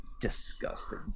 disgusting